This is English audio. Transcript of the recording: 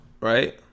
right